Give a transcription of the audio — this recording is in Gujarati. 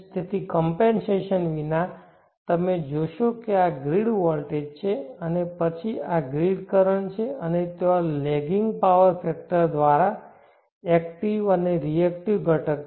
તેથી કમ્પૅન્સેશનવિના તમે જોશો કે આ ગ્રીડ વોલ્ટેજ છે અને પછી આ ગ્રીડ કરંટ છે અને ત્યાં લેગિંગ પાવર ફેક્ટર દ્વારા એકટીવ અને રિએકટીવ ઘટક છે